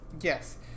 Yes